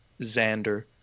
Xander